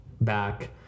back